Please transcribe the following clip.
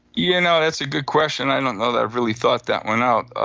you yeah know, that's a good question. i don't know that i've really thought that one out.